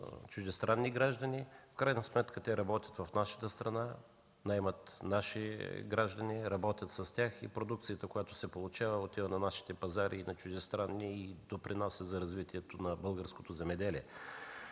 чуждестранни граждани, в крайна сметка работят в нашата страна, наемат наши граждани, работят с тях и продукцията, която се получава, отива на нашите и чуждестранните пазари и допринася за развитието на българското земеделие.